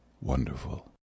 wonderful